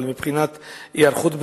אבל מבחינת היערכות,